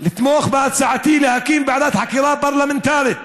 לתמוך בהצעתי להקים ועדת חקירה פרלמנטרית